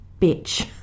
bitch